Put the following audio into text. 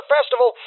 Festival